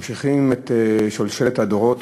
ממשיכים את שלשלת הדורות.